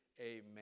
Amen